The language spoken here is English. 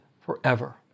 forever